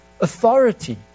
authority